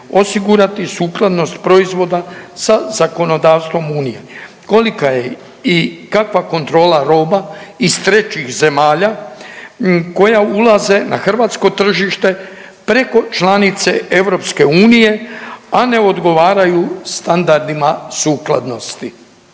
osigurati sukladnost proizvoda sa zakonodavstvom Unije, kolika je i kakva kontrola roba iz trećih zemalja koja ulaze na Hrvatsko tržište preko članice EU-e a ne odgovaraju standardima sukladnosti.